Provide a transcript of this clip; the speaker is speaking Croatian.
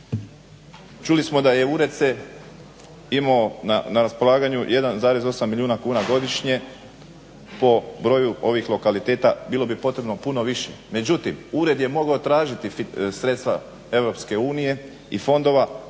Čuli smo da je ured se imao na raspolaganju 1,8 milijuna kuna godišnje po broju ovih lokaliteta. Bilo bi potrebno puno više. Međutim, ured je mogao tražiti sredstva EU i fondova